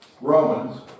Romans